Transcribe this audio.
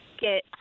get